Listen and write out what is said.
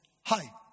Hi